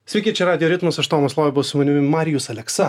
sveiki čia radijo ritmas aš tomas loiba o su manimi marijus aleksa